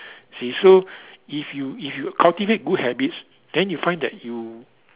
see so if you if you cultivate good habits then you find that you